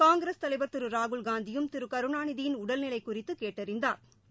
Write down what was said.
காங்கிரஸ் தலைவா் திருராகுல்காந்தியும் திருகருணாநிதியின் உடல்நிலைகுறித்துகேட்டறிந்தாா்